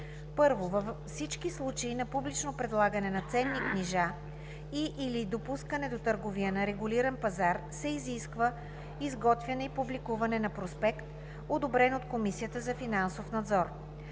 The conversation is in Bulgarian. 1. Във всички случаи на публично предлагане на ценни книжа и/или допускане до търговия на регулиран пазар се изисква изготвяне и публикуване на проспект, одобрен от Комисията за финансов надзор.